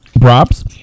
props